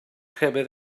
llefydd